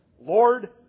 Lord